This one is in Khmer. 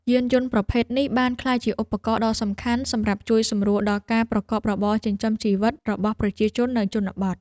យានយន្តប្រភេទនេះបានក្លាយជាឧបករណ៍ដ៏សំខាន់សម្រាប់ជួយសម្រួលដល់ការប្រកបរបរចិញ្ចឹមជីវិតរបស់ប្រជាជននៅជនបទ។